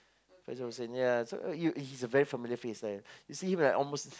Faizal-Hussain ya so uh you he's a very familiar face eh you see him like almost